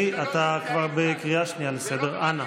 חבר הכנסת שטרן,